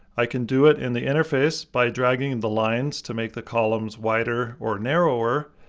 i can do it in the interface by dragging the lines to make the columns wider or narrower.